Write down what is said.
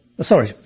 Sorry